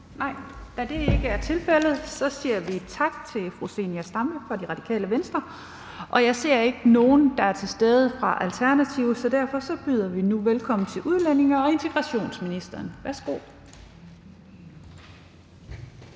Berg Andersen): Vi siger tak til fru Zenia Stampe fra De Radikale Venstre. Jeg ser ikke nogen fra Alternativet, så derfor byder vi velkommen til udlændinge- og integrationsministeren. Værsgo.